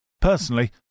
Personally